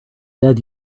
dead